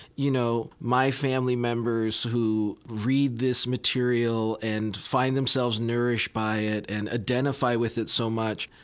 you know, my family members who read this material and find themselves nourished by it and identify with it so much.